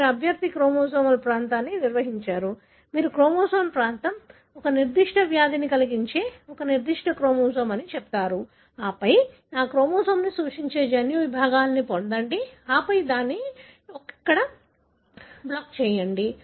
మీరు అభ్యర్థి క్రోమోజోమల్ ప్రాంతాన్ని నిర్వచించారు మీరు క్రోమోజోమ్ ప్రాంతం ఒక నిర్దిష్ట వ్యాధిని కలిగించే ఒక నిర్దిష్ట క్రోమోజోమ్ అని చెబుతారు ఆపై ఆ క్రోమోజోమ్ని సూచించే జన్యు విభాగాలను పొందండి ఆపై దాన్ని ఇక్కడ బ్లాక్ చేయండి